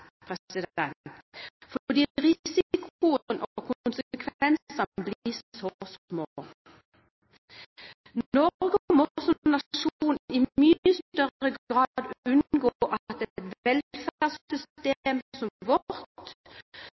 fordi risikoen er så liten og konsekvensene blir så små. Norge må som nasjon i mye større grad unngå at et velferdssystem som vårt,